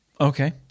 Okay